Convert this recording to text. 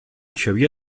xavier